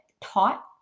taught